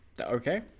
Okay